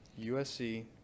USC